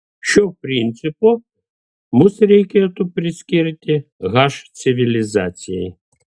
šio principo mus reikėtų priskirti h civilizacijai